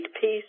peace